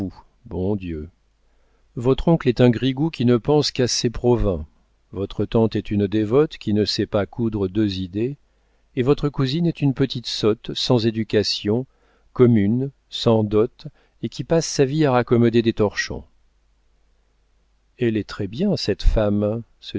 bon dieu votre oncle est un grigou qui ne pense qu'à ses provins votre tante est une dévote qui ne sait pas coudre deux idées et votre cousine est une petite sotte sans éducation commune sans dot et qui passe sa vie à raccommoder des torchons elle est très bien cette femme